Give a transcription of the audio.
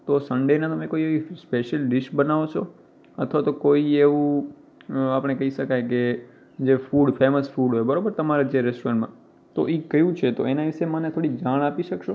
તો સંડેના તમે એવી કોઈ સ્પેશિયલ ડીશ બનાવો છો અથવા તો કોઈ એવું કે આપણે કહી શકાય કે જે ફૂડ ફેમસ ફૂડ હોય બરાબર તમારા જે રૅસ્ટોરેન્ટમાં તો એ કયું છે તો એનાં વિશે થોડી જાણ આપી શકશો